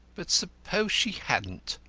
but suppose she hadn't?